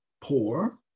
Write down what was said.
poor